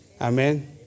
Amen